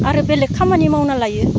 आरो बेलेग खामानि मावना लायो